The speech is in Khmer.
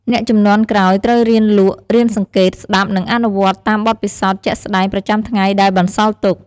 អ្នកជំនាន់ក្រោយត្រូវរៀនលក់ រៀនសង្កេត ស្តាប់ និងអនុវត្តតាមបទពិសោធន៍ជាក់ស្ដែងប្រចាំថ្ងៃដែលបន្សល់ទុក។